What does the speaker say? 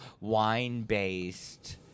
wine-based